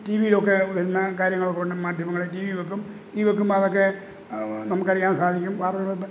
T വിയിലൊക്കെ വരുന്ന കാര്യങ്ങളൊക്കെ ഉണ്ട് മാധ്യമങ്ങളെ ടി വി വയ്ക്കും ടി വി വയ്ക്കുമ്പോൾ അതൊക്കെ നമുക്ക് അറിയാൻ സാധിക്കും